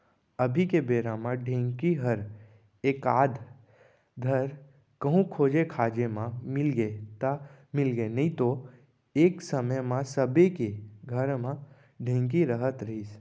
अभी के बेरा म ढेंकी हर एकाध धर कहूँ खोजे खाजे म मिलगे त मिलगे नइतो एक समे म सबे के घर म ढेंकी रहत रहिस